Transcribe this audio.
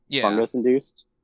fungus-induced